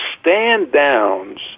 stand-downs